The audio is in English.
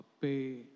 pay